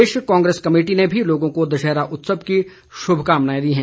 प्रदेश Congress committee ने भी लोगों को दशहरा उत्सव की शुभकामनाएं दी है